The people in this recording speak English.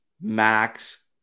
Max